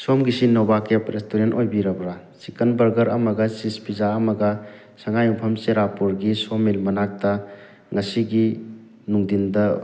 ꯁꯣꯝꯒꯤꯁꯤ Nova cafe restaurant ꯑꯣꯏꯕꯤꯔꯕ꯭ꯔꯥ chicken burger ꯑꯃꯒ cheese pizza ꯑꯃꯒ ꯁꯉꯥꯏꯌꯨꯝꯐꯝ ꯆꯦꯔꯥꯄꯨꯔꯒꯤ ꯁꯣ ꯃꯤꯜ ꯃꯅꯥꯛꯇ ꯉꯁꯤꯒꯤ ꯅꯨꯡꯊꯤꯟꯗ